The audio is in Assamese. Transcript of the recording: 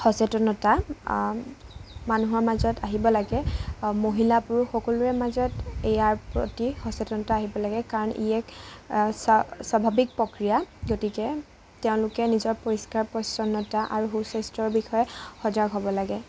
সচেতনতা মানুহৰ মাজত আহিব লাগে মহিলা পুৰুষ সকলোৰে মাজত ইয়াৰ প্ৰতি সচেতনতা আহিব লাগে কাৰণ ই এক স্বা স্বাভাবিক প্ৰক্ৰিয়া গতিকে তেওঁলোকে নিজৰ পৰিষ্কাৰ পৰিচ্ছন্নতা আৰু সুস্বাস্থ্যৰ বিষয়ে সজাগ হ'ব লাগে